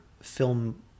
film